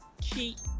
cheat